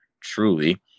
truly